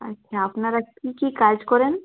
আচ্ছা আপনারা কী কী কাজ করেন